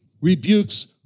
rebukes